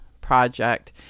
project